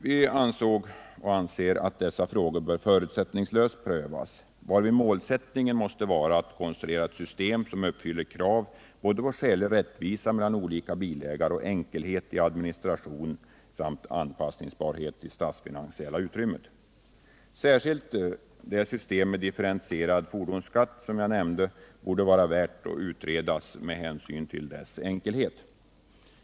Vi anser att dessa frågor bör förutsättningslöst prövas, varvid målsättningen måste vara att konstruera ett system som uppfyller krav på skälig rättvisa mellan olika bilägare och enkelhet i administrationen samt anpassningsbarhet till det statsfinansiella utrymmet. Särskilt det system med differentierad fordonsskatt som jag nämnde borde vara värt att utredas med hänsyn till dess enkelhet.